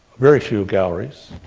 very few galleries.